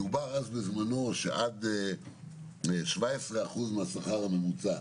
בזמנו דובר שעד 17 אחוזים מהשכר הממוצע,